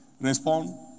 respond